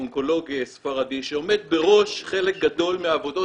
אונקולוג ספרדי שעומד בראש חלק גדול מהעבודות